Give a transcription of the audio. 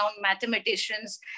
mathematicians